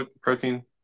protein